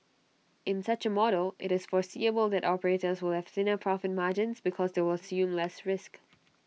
in such A model IT is foreseeable that operators will have thinner profit margins because they will assume less risk